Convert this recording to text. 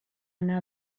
anar